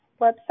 website